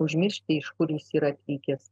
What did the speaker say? užmiršti iš kur jis yra atvykęs